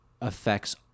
affects